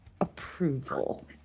approval